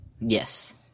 Yes